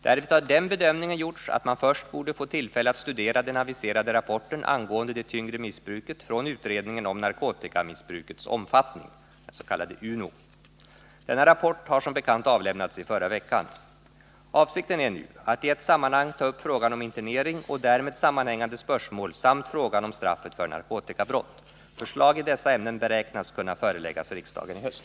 Därvid har den bedömningen gjorts att man först borde få tillfälle att studera den aviserade rapporten angående det tyngre missbruket från utredningen om narkotikamissbrukets omfattning, den s.k. UNO. Denna rapport har som bekant avlämnats i förra veckan. Avsikten är nu att i ett sammanhang ta upp frågan om internering och därmed sammanhängande spörsmål samt frågan om straffet för narkotikabrott. Förslag i dessa ämnen beräknas kunna föreläggas riksdagen i höst.